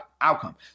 outcome